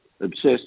obsessed